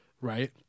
right